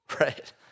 Right